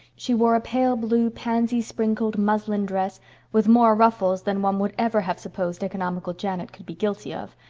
she wore a pale-blue, pansy-sprinkled muslin dress with more ruffles than one would ever have supposed economical janet could be guilty of,